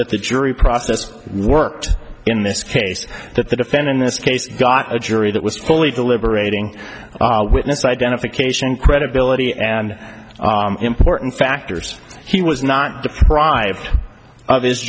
that the jury process worked in this case that the defendant in this case got a jury that was totally deliberating witness identification credibility and important factors he was not deprived of his